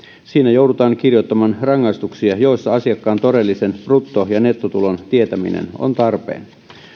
siinä joudutaan kirjoittamaan rangaistuksia joissa asiakkaan todellisen brutto ja nettotulon tietäminen on tarpeen